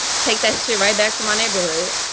take that shit right back to my neighborhood,